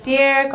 Dear